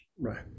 right